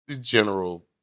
general